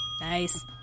Nice